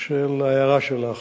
של ההערה שלך.